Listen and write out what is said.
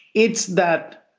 it's that.